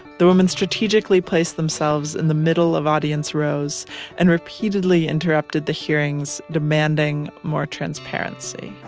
the woman strategically placed themselves in the middle of audience rows and repeatedly interrupted the hearings demanding more transparency